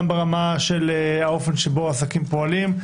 גם באיך העסקים פועלים.